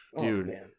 dude